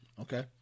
Okay